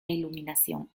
iluminación